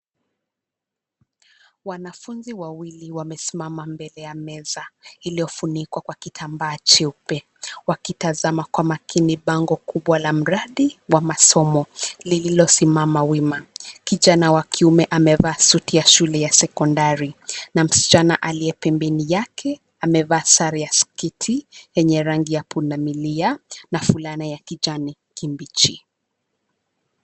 Wanafunzi wawili wamesimama mbele ya meza, iliyofunikwa kitambaa cheupe. Wakitazama kwa makini bango kubwa la mradi wa masomo, lililosimama wima. Kijana wa kiume amevaa suti ya shule ya sekondari na msichana aliye pembeni yake, amevaa sare ya sketi yenye rangi ya pundamilia na fulana ya kijani kibichi.